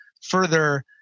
further